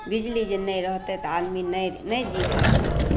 बिजली जे नहि रहतै तऽ आदमी नहि जी सकतै